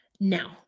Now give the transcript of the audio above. Now